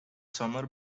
summer